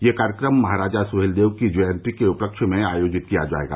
यह कार्यक्रम महाराजा सुहेलदेव की जयंती के उपलक्ष्य में आयोजित किया जाएगा